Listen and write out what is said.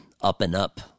up-and-up